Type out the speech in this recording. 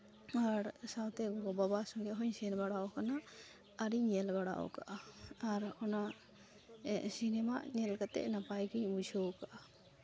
ᱟᱨ ᱥᱟᱶᱛᱮ ᱜᱚᱼᱵᱟᱵᱟ ᱥᱚᱸᱜᱮ ᱦᱚᱸᱧ ᱥᱮᱱ ᱵᱟᱲᱟᱣ ᱟᱠᱟᱱᱟ ᱟᱨᱤᱧ ᱧᱮᱞ ᱵᱟᱲᱟᱣ ᱠᱟᱜᱼᱟ ᱟᱨ ᱚᱱᱟ ᱥᱤᱱᱮᱢᱟ ᱧᱮᱞ ᱠᱟᱛᱮᱫ ᱱᱟᱯᱟᱭ ᱜᱤᱧ ᱵᱩᱡᱷᱟᱹᱣ ᱠᱟᱜᱼᱟ